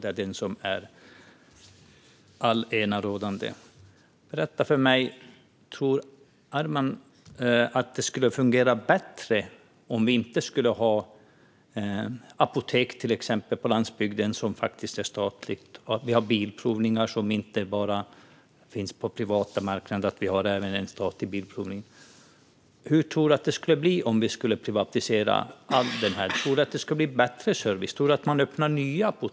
Berätta för mig, Arman: Tror du att det skulle fungera bättre om vi till exempel inte hade statliga apotek på landsbygden och om vi inte hade statlig bilprovning utöver den som finns på den privata marknaden? Hur tror du att det skulle bli om vi privatiserade allt det här? Tror du att det skulle bli bättre service? Tror du att man skulle öppna nya apotek?